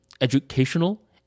educational